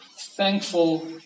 thankful